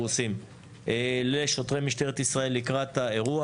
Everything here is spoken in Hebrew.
עושים לשוטרי משטרת ישראל לקראת האירוע.